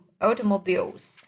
automobiles